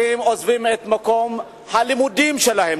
עוזבים את מקום הלימודים שלהם.